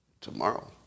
tomorrow